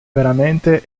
veramente